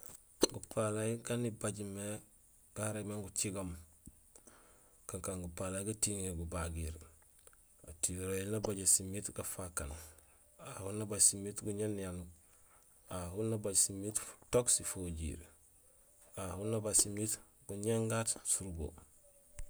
Gupalay gaan ibajmé garégmé gucigoom kankaan gupalay gatiŋé gubagiir. Atiyorehir nabajé simiit gafakaan, ahu nabaaj simiit guñéén niyanuur, ahu nabaaj simiit futook sifojiir, ahu nabaaj simiit guñéén gaat surubo